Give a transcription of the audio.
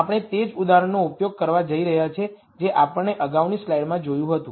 આપણે તે જ ઉદાહરણનો ઉપયોગ કરવા જઈ રહ્યા છીએ જે આપણે અગાઉની સ્લાઇડ્સમાં જોયું હતું